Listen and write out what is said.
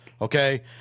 Okay